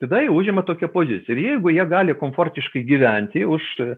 tada jie užima tokią poziciją ir jeigu jie gali komfortiškai gyventi už